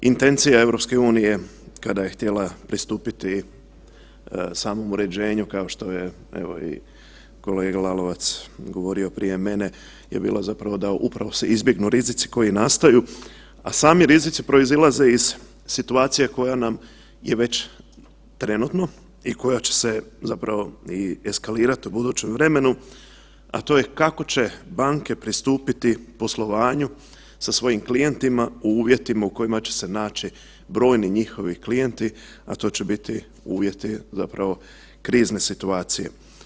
Intencija EU-e kada je htjela pristupiti samom uređenju, kao što je, evo i kolega Lalovac odgovorio prije mene je bila zapravo da upravo se izbjegnu rizici koji nastaju, a sami rizici proizilaze iz situacije koja nam je već trenutno i koja će se zapravo i eskalirati u budućem vremenu, a to je kako će banke pristupiti poslovanju sa svojim klijentima u uvjetima u kojima će se naći brojni njihovi klijenti, a to će biti uvjeti zapravo krizne situacije.